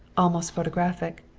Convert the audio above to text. almost photographic.